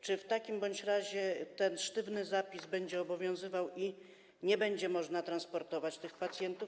Czy w takim razie ten sztywny zapis będzie obowiązywał i nie będzie można transportować tych pacjentów?